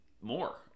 more